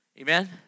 Amen